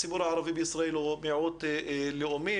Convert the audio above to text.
הציבור הישראלי בישראל הוא מיעוט לאומי,